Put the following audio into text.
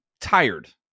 tired